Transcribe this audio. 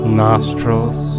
nostrils